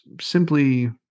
simply